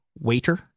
Waiter